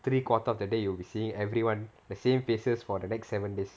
three quarter of the day you will be seeing everyone the same faces for the next seven days